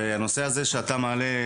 והנושא הזה שאתה מעלה,